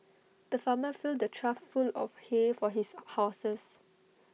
the farmer filled A trough full of hay for his horses